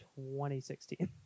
2016